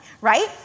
right